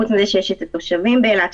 חוץ מזה שיש את התושבים באילת,